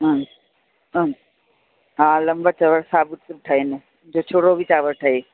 मां हा हा लंबा चांवर साबितु सिर्फ़ु ठहे न जो छोरो बि चांवरु ठहे